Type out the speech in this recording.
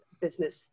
business